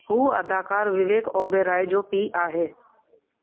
हू अदाकारु विवेक ओबेरॉय जो पीउ आहे